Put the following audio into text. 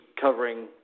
covering